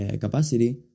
capacity